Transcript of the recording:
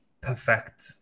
perfect